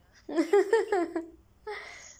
what